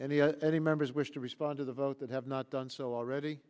and any members wish to respond to the vote that have not done so already